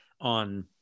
on